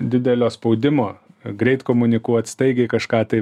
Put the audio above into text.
didelio spaudimo greit komunikuot staigiai kažką tai